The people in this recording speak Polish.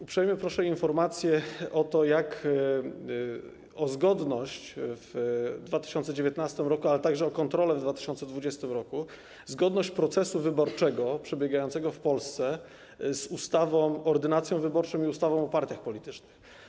Uprzejmie proszę o informację, jeżeli chodzi o zgodność w 2019 r., ale także o kontrolę w 2020 r., zgodność procesu wyborczego przebiegającego w Polsce z ordynacją wyborczą i ustawą o partiach politycznych.